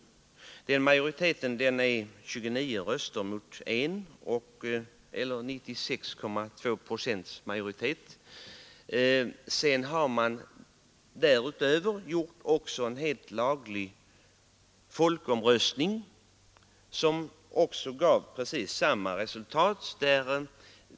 Majoriteten är 30 röster mot 1 eller 96,2 procents majoritet. Därutöver har man gjort en helt regelrätt folkomröstning, som gav precis samma resultat.